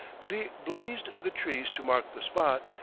but he blazed the trees to mark the spot,